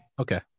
Okay